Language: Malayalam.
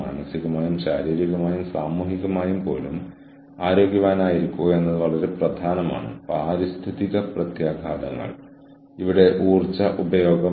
നമ്മൾ സംസാരിക്കുന്ന മൂന്ന് മോഡലുകൾ നെറ്റ്വർക്ക് ബഫർ ചെയ്യുക നെറ്റ്വർക്കിൽ നിന്ന് കടം വാങ്ങുക നെറ്റ്വർക്ക് ബാലൻസ് ചെയ്യുക എന്നിവയാണ്